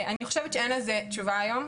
אני חושבת שאין לזה תשובה היום,